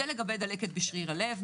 זה לגבי דלקת בשריר הלב.